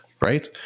right